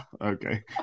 okay